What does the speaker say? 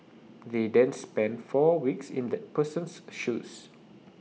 they then spend four weeks in that person's shoes